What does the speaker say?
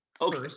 okay